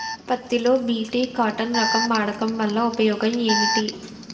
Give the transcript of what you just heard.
పత్తి లో BT cotton రకం వాడకం వల్ల ఉపయోగం ఏమిటి?